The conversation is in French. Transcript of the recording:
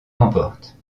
emporte